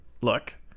Look